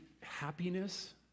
happiness